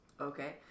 okay